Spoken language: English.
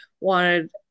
wanted